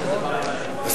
חברים,